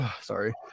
Sorry